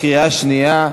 לקריאה שנייה.